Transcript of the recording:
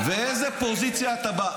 מאיזו פוזיציה אתה בא.